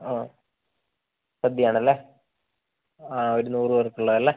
ആ സദ്യ ആണല്ലേ ആ ഒരു നൂറുപേർക്കുള്ളത് അല്ലേ